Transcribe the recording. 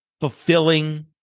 fulfilling